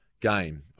Game